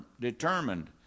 determined